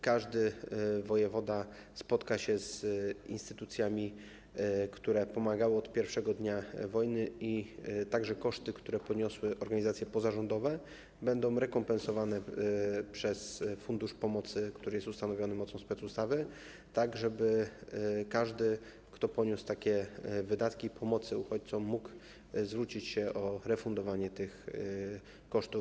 Każdy wojewoda spotka się z instytucjami, które pomagały od pierwszego dnia wojny, i koszty, które poniosły organizacje pozarządowe, będą rekompensowane z Funduszu Pomocy, który jest ustanowiony mocą specustawy, tak żeby każdy, kto poniósł takie wydatki w związku z pomocą uchodźcom, mógł zwrócić się o refundowanie poniesionych kosztów.